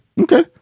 Okay